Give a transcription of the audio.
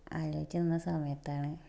ആലോചിച്ചിരുന്ന സമയത്താണ്